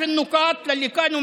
(אומר